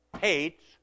hates